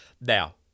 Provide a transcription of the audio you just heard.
Now